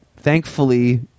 thankfully